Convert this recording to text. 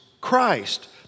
Christ